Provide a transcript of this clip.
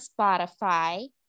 Spotify